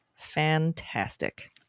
Fantastic